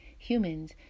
humans